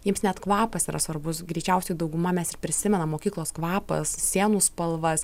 jiems net kvapas yra svarbus greičiausiai dauguma mes ir prisimenam mokyklos kvapą sienų spalvas